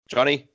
Johnny